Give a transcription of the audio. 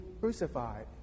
crucified